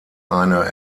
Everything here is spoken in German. eine